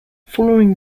following